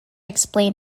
explain